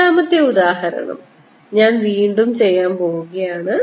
മൂന്നാമത്തെ ഉദാഹരണം ഞാൻ വീണ്ടും ചെയ്യാൻ പോകുകയാണ്